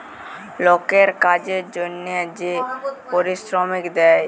লকের কাজের জনহে যে পারিশ্রমিক দেয়